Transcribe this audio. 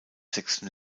sechsten